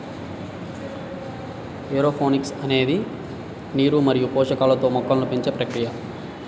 aeroponics అనేది నీరు మరియు పోషకాలతో మొక్కలను పెంచే ప్రక్రియ